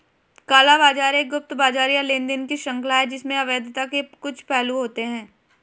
काला बाजार एक गुप्त बाजार या लेनदेन की श्रृंखला है जिसमें अवैधता के कुछ पहलू होते हैं